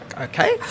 Okay